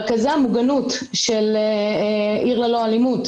רכזי המוגנות של 'עיר ללא אלימות'